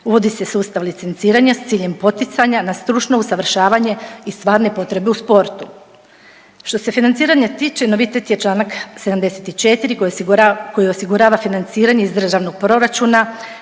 Uvodi se sustav licenciranja s ciljem poticanja na stručno usavršavanje i stvarne potrebe u sportu. Što se financiranja tiče novitet je čl. 74. koji osigurava financiranje iz državnog proračuna